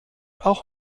auch